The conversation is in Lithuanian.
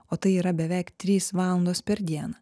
o tai yra beveik trys valandos per dieną